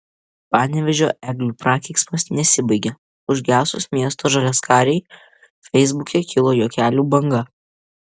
panevėžio eglių prakeiksmas nesibaigia užgesus miesto žaliaskarei feisbuke kilo juokelių banga